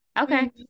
okay